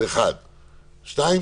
שנית,